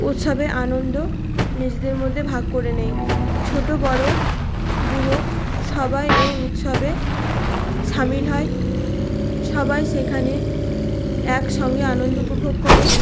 উৎসবে আনন্দ নিজেদের মধ্যে ভাগ করে নেয় ছোটো বড়ো বুড়ো সবাই এই উৎসবে সামিল হয় সবাই সেখানে একসঙ্গে আনন্দ উপভোগ করে